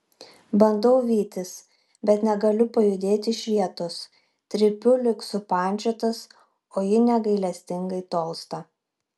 bandau vytis bet negaliu pajudėti iš vietos trypiu lyg supančiotas o ji negailestingai tolsta